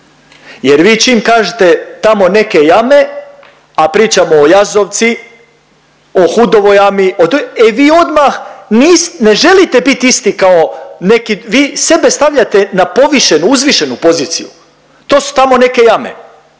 Jer vi čim kažete tamo neke jame, a pričamo o Jazovci, o Hudovoj jami, e vi odmah ne želite bit isti kao neki, vi sebe stavljate na povišenu, uzvišenu poziciju. To su tamo neke jame,